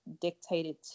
dictated